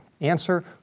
answer